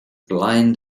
blind